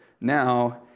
now